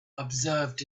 observed